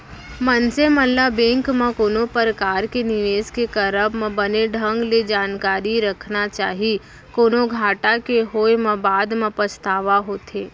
मनसे मन ल बेंक म कोनो परकार के निवेस के करब म बने ढंग ले जानकारी रखना चाही, कोनो घाटा के होय म बाद म पछतावा होथे